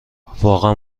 واقعا